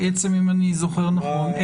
אם אני זוכר נכון,